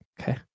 Okay